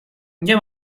nie